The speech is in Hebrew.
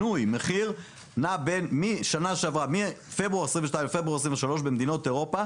מחיר החקלאי עלה מפברואר 22 לפברואר 23 במדינות אירופה